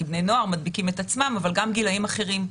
כי בני נוער מדביקים את עצמם אבל גם גילאים אחרים.